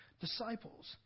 disciples